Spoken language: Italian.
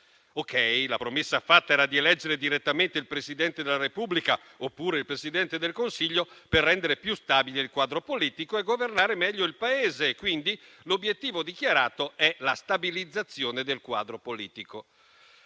La promessa fatta era di eleggere direttamente il Presidente della Repubblica oppure il Presidente del Consiglio per rendere più stabile il quadro politico e governare meglio il Paese. Quindi l'obiettivo dichiarato è la stabilizzazione del quadro politico.